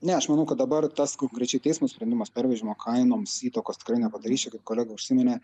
ne aš manau kad dabar tas konkrečiai teismo sprendimas pervežimo kainoms įtakos tikrai nepadarys čia kaip kolega užsiminė